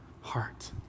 heart